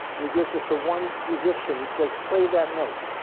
and he gives it to one musician, and says play that note.